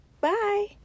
Bye